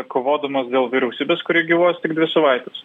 kovodamas dėl vyriausybės kuri gyvuos tik dvi savaites